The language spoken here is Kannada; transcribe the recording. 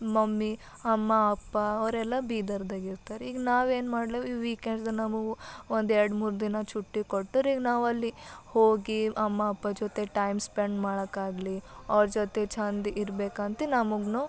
ಮಮ್ಮಿ ಅಮ್ಮ ಅಪ್ಪ ಅವರೆಲ್ಲ ಬೀದರ್ದಗ ಇರ್ತಾರ ಈಗ ನಾವೇನು ಮಾಡ್ಲೇವು ಈ ವೀಕೆಂಡ್ಸ್ ನಮಗು ಒಂದೆರಡು ಮೂರು ದಿನ ಚುಟ್ಟಿ ಕೊಟ್ಟುರಿಗ ನಾವಲ್ಲಿ ಹೋಗಿ ಅಮ್ಮ ಅಪ್ಪ ಜೊತೆ ಟೈಮ್ ಸ್ಪೆಂಡ್ ಮಾಡಕ್ಕಾಗಲಿ ಅವ್ರ ಜೊತೆ ಛಂದ್ ಇರಬೇಕಂತೆ ನಮುಗು